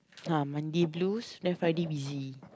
ah Monday blues then Friday busy